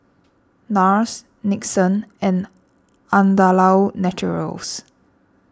Nars Nixon and Andalou Naturals